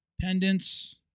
pendants